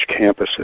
campuses